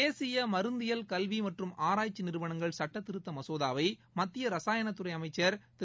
தேசிய மருந்தியல் கல்வி மற்றும் ஆராய்ச்சி நிறுவனங்கள் சட்ட திருத்த மசோதாவை மத்திய ரசாயனத் துறை அமைச்சர் திரு